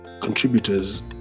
contributors